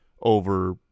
over –